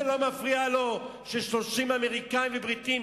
זה לא מפריע לו ש-30 אמריקנים ובריטים